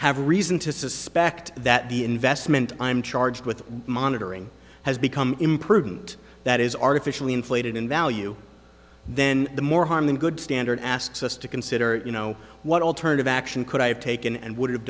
have reason to suspect that the investment i'm charged with monitoring has become imprudent that is artificially inflated in value then the more harm than good standard asks us to consider you know what alternative action could have taken and would have